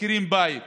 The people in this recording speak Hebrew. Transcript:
שוכרים בית